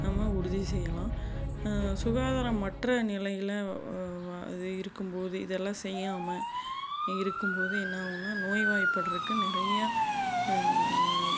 நம்ம உறுதி செய்யலாம் சுகாதாரமற்ற நிலையில் அது இருக்கும்போது இதெல்லாம் செய்யாமல் இருக்கும்போது என்னாகுனால் நோய்வாய்படறக்கு நிறையா